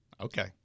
Okay